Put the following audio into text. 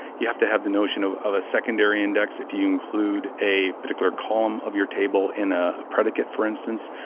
you have to have the notion of of a secondary index if you include a particular column of your table in a predicate for instance.